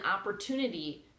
opportunity